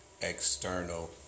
external